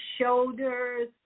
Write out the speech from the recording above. shoulders